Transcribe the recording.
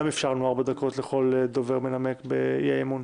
אפשרנו ארבע דקות לכל דובר מנמק באי-אמון.